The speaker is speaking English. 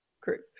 group